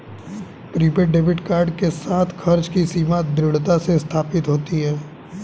prepaid debit card के साथ, खर्च की सीमा दृढ़ता से स्थापित होती है